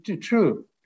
true